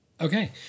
Okay